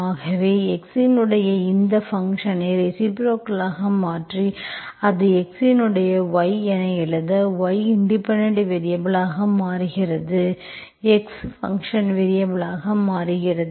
ஆகவே x இன் இந்த ஃபங்க்ஷன்ஐ ரெசிப்ரோக்கலாக மாற்றி அதை x இன் y என எழுத y இண்டிபெண்டென்ட் வேரியபல் ஆக மாறுகிறது x ஃபங்க்ஷன் வேரியபல் ஆக மாறுகிறது